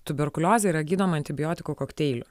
tuberkuliozė yra gydoma antibiotikų kokteiliu